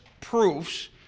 proofs